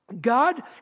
God